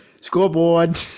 scoreboard